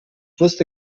wusste